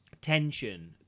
tension